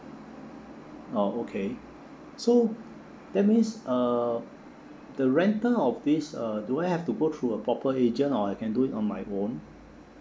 oh okay so that means uh the rental of this uh do I have to go through a proper agent or I can do it on my own